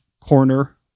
corner